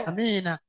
Amen